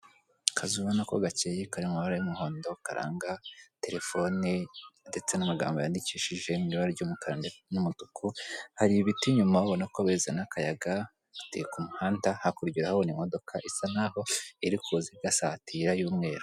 Akazu ubona ko gakeye kari mumabara y'umuhondo karanga terefoni ndetse n'amagambo yandikishije amabara ry'umukara n'umutuku hari ibiti nyuma ubona ko bizana akayaga gateye k'umuhanda hakurya urahabonye imodoka isa nkaho iri kuza igasatira y'umweru.